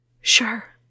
Sure